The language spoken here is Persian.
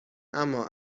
اما